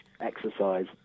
exercise